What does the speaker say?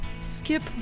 Skip